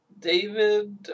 David